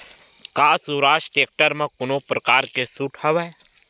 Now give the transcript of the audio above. का स्वराज टेक्टर म कोनो प्रकार के छूट हवय?